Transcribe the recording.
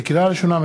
לקריאה ראשונה,